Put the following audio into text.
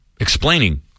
explaining